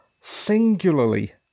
singularly